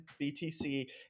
BTC